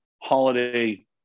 holiday